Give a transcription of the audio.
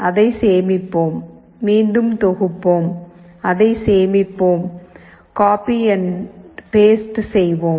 அதை சேமிப்போம் மீண்டும் தொகுப்போம் இதை சேமிப்போம் கோப்பி அண்ட் பேஸ்ட் செய்வோம்